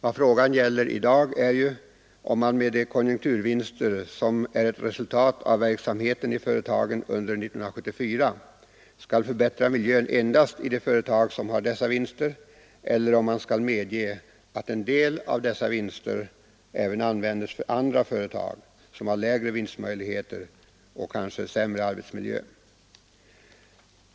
Vad frågan gäller i dag är ju om man med de konjunkturvinster som är ett resultat av verksamheten i företagen under 1974 skall förbättra miljön endast i de företag som har dessa vinster eller om man skall medge att en del av dessa vinster även används för andra företag som har lägre vinstmöjligheter men kanske sämre arbetsmiljö.